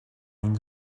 lines